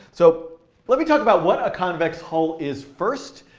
so let me talk about what a convex hull is first,